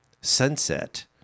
sunset